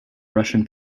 russian